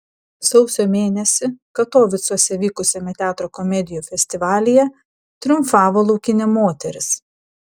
sausio mėnesį katovicuose vykusiame teatro komedijų festivalyje triumfavo laukinė moteris